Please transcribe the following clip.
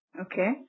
Okay